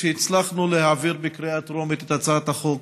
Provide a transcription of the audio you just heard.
כשהצלחנו להעביר בקריאה טרומית את הצעת החוק